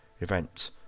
event